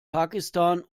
pakistan